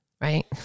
right